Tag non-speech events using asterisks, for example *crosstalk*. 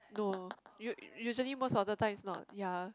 no *noise* u~ usually most of the time is not ya